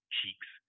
cheeks